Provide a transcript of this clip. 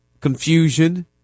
confusion